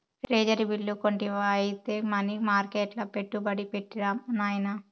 treasury bill కొంటివా ఐతే money మర్కెట్ల పెట్టుబడి పెట్టిరా నాయనా